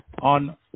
on